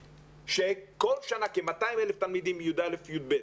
בכל שנה כ-250,000 תלמידים מ-י"א ו-י"ב